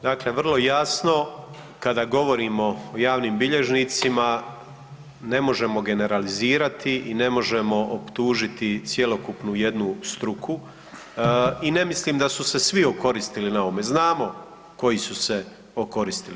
Dakle vrlo jasno, kada govorimo o javnim bilježnicima, ne možemo generalizirati i ne možemo optužiti cjelokupnu jednu struku i ne mislim da su se svi okoristili na ovome, znamo koji su se okoristili.